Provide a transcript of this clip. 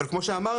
אבל כמו שאמרנו,